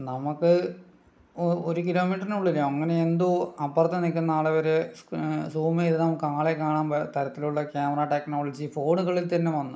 നമക്ക് ഒ ഒരു കിലോമീറ്ററിന് ഉള്ളില് അങ്ങനെ എന്തോ അപ്പറത്തു നിൽക്കുന്ന ആളെ വരെ സ് സൂമ് ചെയ്ത് നമുക്കാളെ കാണാൻ തരത്തിലുള്ള ക്യാമറ ടെക്നോളജി ഫോണുകളിൽ തന്നെ വന്നു